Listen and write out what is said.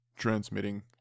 transmitting